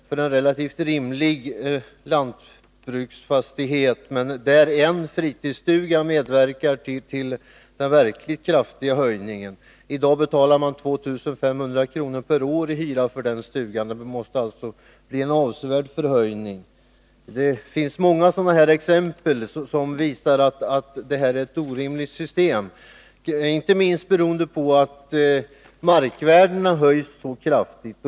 för en relativt ordinär lantbruksfastighet, där en fritidsstuga medverkar till den verkligt kraftiga höjningen. I dag betalar man 2 500 kr. per år i hyra för den stugan. Det måste alltså bli en avsevärd förhöjning. Det finns många exempel som visar att det här är ett orimligt system — inte minst beroende på att markvärdena höjs så kraftigt.